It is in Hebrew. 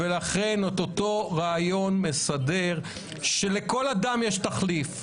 ולכן את אותו רעיון מסדר שלכל אדם יש תחליף,